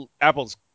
Apple's